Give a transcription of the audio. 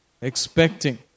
expecting